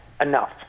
enough